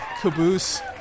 Caboose